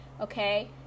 okay